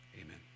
Amen